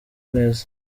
neza